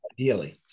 ideally